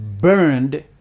burned